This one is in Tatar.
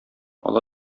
ала